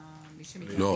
לא,